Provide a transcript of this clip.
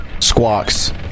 Squawks